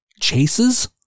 chases